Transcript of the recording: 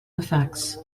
effects